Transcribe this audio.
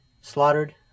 slaughtered